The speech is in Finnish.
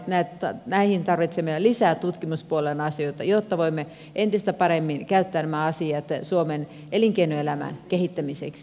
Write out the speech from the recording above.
kaikkiin näihin asioihin tarvitsemme lisää tutkimuspuolen asioita jotta voimme entistä paremmin käyttää nämä asiat suomen elinkeinoelämän kehittämiseksi